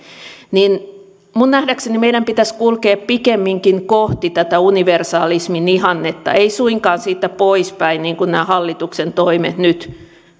niin minun nähdäkseni meidän pitäisi kulkea pikemminkin kohti tätä universalismin ihannetta ei suinkaan siitä poispäin niin kuin nämä hallituksen toimet nyt